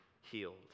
healed